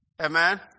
Amen